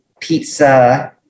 pizza